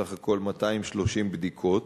סך הכול 230 בדיקות.